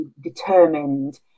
determined